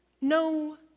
no